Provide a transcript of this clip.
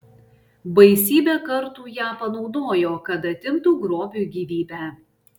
baisybę kartų ją panaudojo kad atimtų grobiui gyvybę